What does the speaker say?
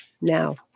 now